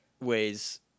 ways